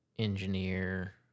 Engineer